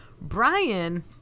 Brian